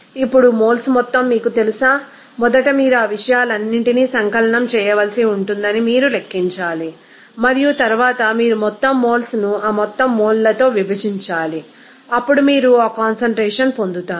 ఇప్పుడు మోల్స్ మొత్తం మీకు తెలుసా మొదట మీరు ఆ విషయాలన్నింటినీ సంకలనం చేయవలసి ఉంటుందని మీరు లెక్కించాలి మరియు తరువాత మీరు మొత్తం మోల్స్ను ఆ మొత్తం మోల్లతో విభజించాలి అప్పుడు మీరు ఆ కాన్సం ట్రేషన్ పొందుతారు